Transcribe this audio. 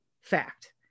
fact